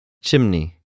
chimney